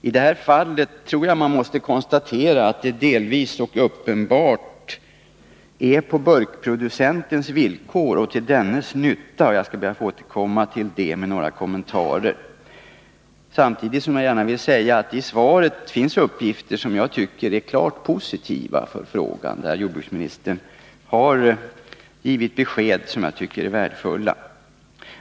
I det här fallet tror jag att det delvis uppenbarligen skett på burkproducentens villkor och till dennes nytta. Jag skall be att få återkomma till detta med kommentarer samtidigt som jag gärna vill säga att det i svaret finns uppgifter som jag tycker är klart positiva. Jordbruksministern har givit besked som jag tycker är värdefulla.